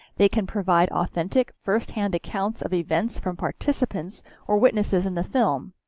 they can provide authentic, first-hand accounts of events from participants or witnesses in the film.